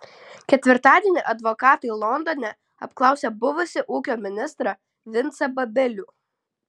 ketvirtadienį advokatai londone apklausė buvusį ūkio ministrą vincą babilių